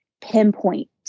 pinpoint